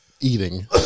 eating